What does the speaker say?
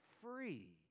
free